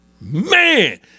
Man